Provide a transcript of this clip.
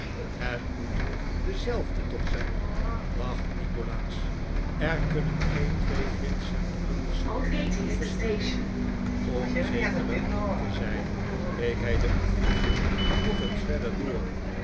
het moet dezelfde toch zijn dacht nikolaas er kunnen geen twee vincent crummles'en bestaan om zekerder te zijn keek hij de affiche nog eens verder door